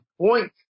point